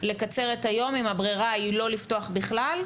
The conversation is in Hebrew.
לקצר את היום אם הברירה היא לא לפתוח בכלל,